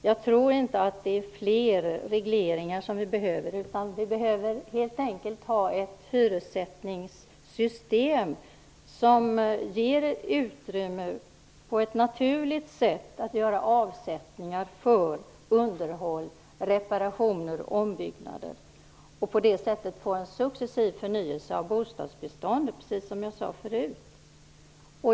Jag tror inte att det är fler regleringar vi behöver. Vi behöver helt enkelt ha ett hyressättningssystem som ger utrymme på ett naturligt sätt för att göra avsättningar för underhåll, reparationer och ombyggnader. På det sättet skulle vi få en successiv förnyelse av bostadsbeståndet precis som jag sade förut.